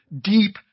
deep